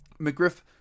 McGriff